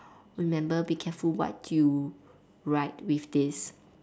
remember be careful what you write with this